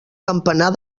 campanar